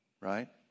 Right